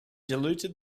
diluted